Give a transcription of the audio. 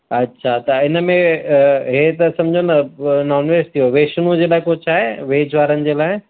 अछा त हिन में हे त समुझ न उहो नॉनवेज थी वियो वैष्णु जे लाइ कुझु आहे वेज वारनि जे लाइ